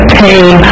pain